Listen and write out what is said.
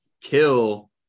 kill